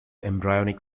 embryonic